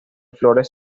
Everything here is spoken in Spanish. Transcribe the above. flores